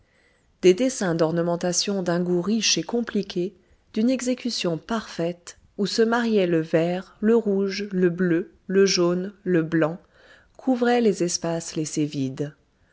des dessins d'ornementation d'un goût riche et compliqué d'une exécution parfaite où se mariaient le vert le rouge le bleu le jaune le blanc couvraient les espaces laissés vides